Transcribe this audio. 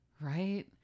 Right